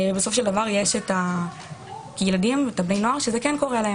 יש בני נוער שזה כן קורה להם.